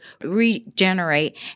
regenerate